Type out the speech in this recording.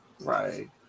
Right